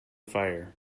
fire